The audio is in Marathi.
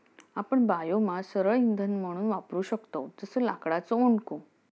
आपण बायोमास सरळ इंधन म्हणून वापरू शकतव जसो लाकडाचो ओंडको